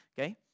okay